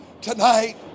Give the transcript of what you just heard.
Tonight